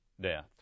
death